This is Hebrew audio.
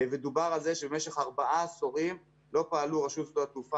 ודובר על זה שבמשך ארבעה עשורים לא פעלו רשות שדות התעופה